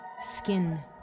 skin